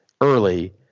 early